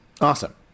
awesome